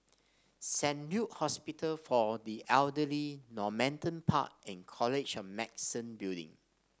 Saint Luke Hospital for the Elderly Normanton Park and College of Medicine Building